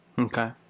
Okay